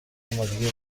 آمادگی